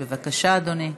בבקשה, אדוני.